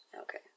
okay